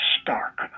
Stark